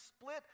split